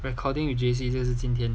recording to J_C 是不是今天